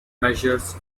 measures